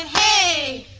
a